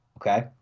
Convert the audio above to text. Okay